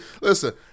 listen